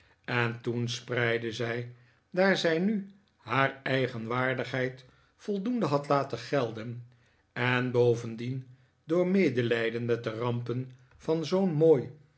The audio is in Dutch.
en toen spreidde zij daar zij nu haar eigen waardigheid voldoende had laten gelden en bovendien door medelijden met de rampen van zoo'n mooi